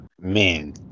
man